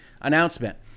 announcement